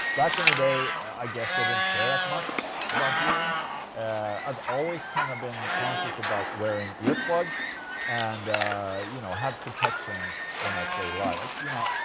back in the day, i guess they didn't care that ah much about hearing i've always kind of been conscious about wearing earplugs and you know, have protection when i play live. you know.